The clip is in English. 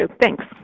Thanks